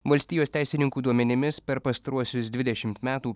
valstijos teisininkų duomenimis per pastaruosius dvidešimt metų